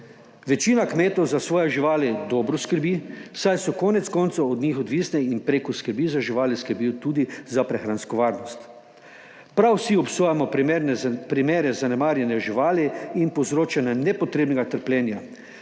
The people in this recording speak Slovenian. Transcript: Večina kmetov za svoje živali dobro skrbi, saj so konec koncev od njih odvisni in prek skrbi za živali skrbijo tudi za prehransko varnost. Prav vsi obsojamo primere zanemarjanja živali in povzročanja nepotrebnega trpljenja.